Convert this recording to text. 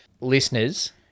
Listeners